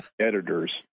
editors